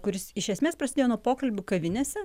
kuris iš esmės prasidėjo nuo pokalbių kavinėse